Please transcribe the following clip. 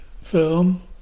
film